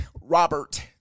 robert